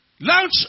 Launch